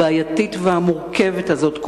הבעייתית והמורכבת הזאת,